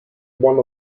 one